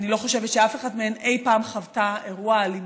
אני לא חושבת שאף אחת מהן אי פעם חוותה אירוע אלימות,